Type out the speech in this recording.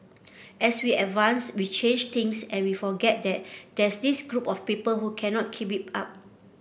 as we advance we change things and we forget that there's this group of people who cannot keep it up